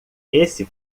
esse